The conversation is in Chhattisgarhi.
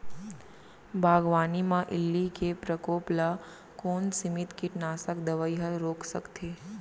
बागवानी म इल्ली के प्रकोप ल कोन सीमित कीटनाशक दवई ह रोक सकथे?